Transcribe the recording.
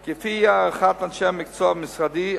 כי לפי הערכת אנשי המקצוע במשרדי,